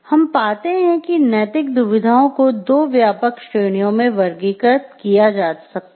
हम पाते हैं कि नैतिक दुविधाओं को दो व्यापक श्रेणियों में वर्गीकृत किया जा सकता है